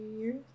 years